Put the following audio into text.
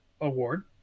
award